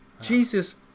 Jesus